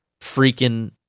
freaking